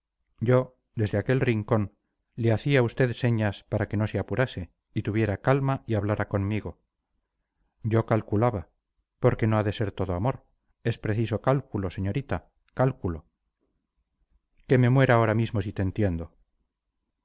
yo desde aquel rincón le hacía a usted señas para que no se apurase y tuviera calma y hablara conmigo yo calculaba porque no ha de ser todo amor es preciso cálculo señorita cálculo que me muera ahora mismo si te entiendo